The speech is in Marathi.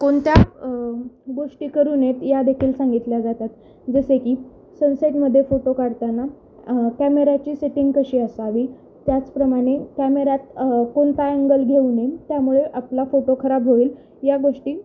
कोणत्या गोष्टी करू नयेत यादेखील सांगितल्या जातात जसे की सनसेटमध्ये फोटो काढताना कॅमेऱ्याची सेटिंग कशी असावी त्याचप्रमाणे कॅमेऱ्यात कोणता अँगल घेऊ नये त्यामुळे आपला फोटो खराब होईल या गोष्टी